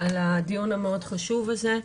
על הדיון המאוד חשוב הזה.